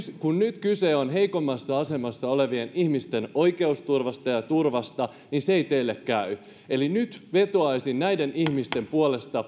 kun nyt kyse on heikommassa asemassa olevien ihmisten oikeusturvasta ja turvasta niin se ei teille käy eli nyt vetoaisin näiden puolustuskyvyttömien ihmisten puolesta